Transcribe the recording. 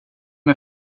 med